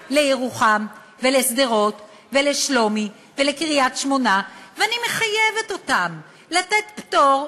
באה לירוחם ולשדרות ולשלומי ולקריית-שמונה ואני מחייבת אותם לתת פטור,